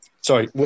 Sorry